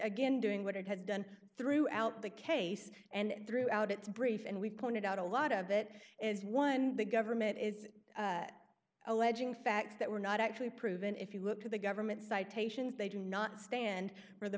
again doing what it has done throughout the case and throughout its brief and we've pointed out a lot of it is one the government is alleging facts that were not actually proven if you look to the government citations they do not stand for the